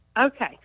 Okay